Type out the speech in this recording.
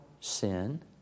sin